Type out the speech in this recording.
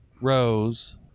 rows